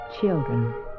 Children